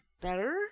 better